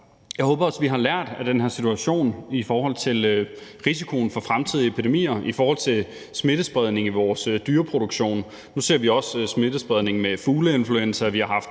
Jeg håber også, vi har lært af den her situation i forhold til risikoen for fremtidige epidemier i forbindelse med smittespredning i vores dyreproduktion. Nu ser vi også smittespredning med fugleinfluenza, og vi har haft